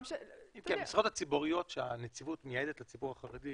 המשרות הציבוריות שהנציבות מייעדת לציבור החרדי,